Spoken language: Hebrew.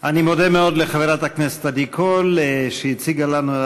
מאוד לחברת הכנסת עדי קול שהציגה לנו את